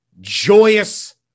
joyous